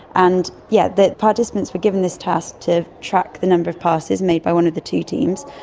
and yes, the participants were given this task to track the number of passes made by one of the two teams,